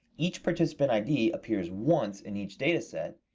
each participant id appears once in each data set,